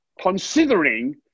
considering